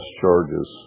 charges